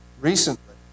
Recently